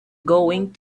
going